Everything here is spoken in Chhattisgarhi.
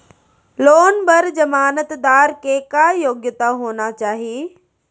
लोन बर जमानतदार के का योग्यता होना चाही?